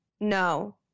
No